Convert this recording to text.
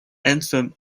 anthem